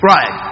Right